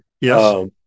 yes